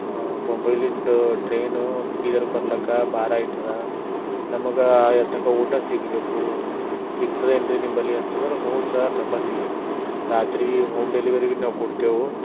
ಮುಂಬೈಯಿಂದ train ಬೀದರ್ಗೆ ಬರ್ಲಿಕ್ಕೆ ಬಾರ ಆಗ್ತದೆ ನಮಗೆ ಎತ್ತಕ ಊಟ ಸಿಗಬೇಕು ಸಿಗ್ತದೇನ್ರಿ ನಿಂಬಳಿ ಅಂತಂದ್ರೆ ಹ್ಞೂ ಸಾರ್ ನಂಬಳಿ ರಾತ್ರಿ ಹೋಮ್ ಡೆಲಿವರಿ ಭೀ ನಾವು ಕೊಡ್ತೇವೆ